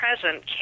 present